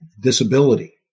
disability